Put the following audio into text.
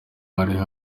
hariho